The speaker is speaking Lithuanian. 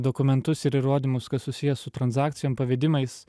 dokumentus ir įrodymus kas susiję su transakcijom pavedimais